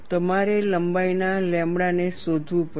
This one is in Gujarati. તમારે લંબાઈના લેમ્બડા ને શોધવું પડશે